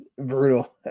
brutal